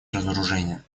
разоружения